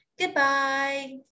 Goodbye